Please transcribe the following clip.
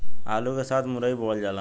आलू के साथ मुरई बोअल जाला